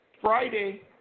Friday